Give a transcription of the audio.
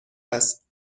است